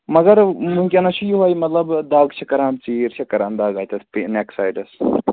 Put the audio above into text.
مگر وُنکٮ۪نَس چھِ یِہَے مطلب دَگ چھِ کَران ژیٖر چھِ کَران دَگ اَتٮ۪تھ نیک سایڈَس